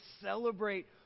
celebrate